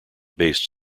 based